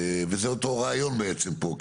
וזה אותו רעיון בעצם פה.